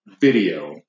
video